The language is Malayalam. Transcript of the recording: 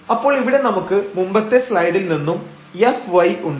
അപ്പോൾ ഇവിടെ നമുക്ക് മുമ്പത്തെ സ്ലൈഡിൽ നിന്നും fy ഉണ്ട്